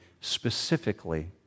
specifically